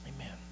Amen